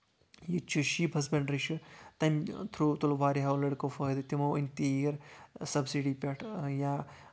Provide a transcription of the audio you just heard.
ییٚتہِ چھُ sheep husbandry چھُ تَمہِ تھروٗ تُل واریاہو لڑکو فٲیِدٕ تِمو أنۍ تیٖر سَبسڈی پٮ۪ٹھ یا